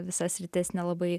visa sritis nelabai